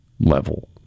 level